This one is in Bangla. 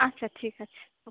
আচ্ছা ঠিক আছে ওকে